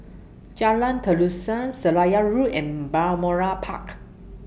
Jalan Terusan Seraya Road and Balmoral Park